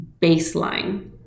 baseline